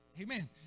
Amen